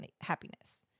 happiness